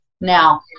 Now